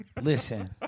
Listen